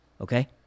Okay